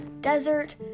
desert